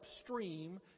upstream